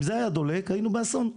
אם זה היה דולק היינו באסון.